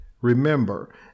remember